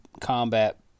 combat